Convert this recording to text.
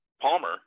Palmer